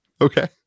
Okay